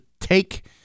take